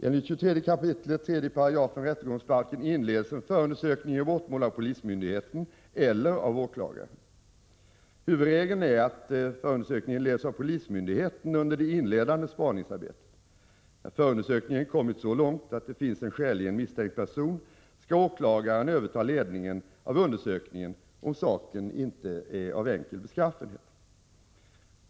Enligt 23 kap. 3 § rättegångsbalken inleds en förundersökning i brottmål av polismyndigheten eller av åklagare. Huvudregeln är att förundersökningen leds av polismyndigheten under det inledande spaningsarbetet. När förundersökningen kommit så långt att det finns en skäligen misstänkt person, skall åklagaren överta ledningen av undersökningen, om saken inte är av enkel beskaffenhet.